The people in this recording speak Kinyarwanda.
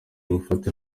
gufata